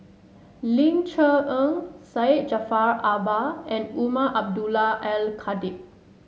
Ling Cher Eng Syed Jaafar Albar and Umar Abdullah Al Khatib